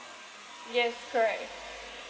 yes correct